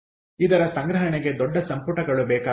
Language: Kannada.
ಆದ್ದರಿಂದ ಇದರ ಸಂಗ್ರಹಣೆಗೆ ದೊಡ್ಡ ಸಂಪುಟಗಳು ಬೇಕಾಗುತ್ತವೆ